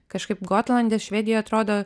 kažkaip gotlande švedijoj atrodo